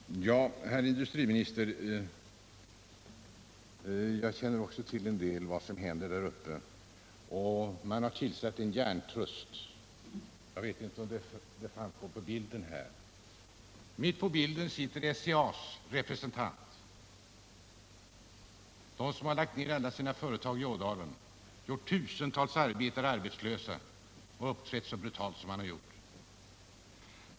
Herr talman! Jo, herr industriminister, jag känner också till en del av vad som händer där uppe. Man har tillsatt en hjärntrust — mitt på den bild som visas på kammarens bildskärm sitter SCA:s representant, företrädaren för det företag som lagt ned alla sina anläggningar i Ådalen, gjort tusentals arbetare arbetslösa och uppträtt så brutalt.